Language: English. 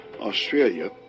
Australia